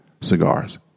cigars